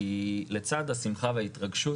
כי לצד השמחה וההתרגשות,